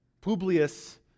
Publius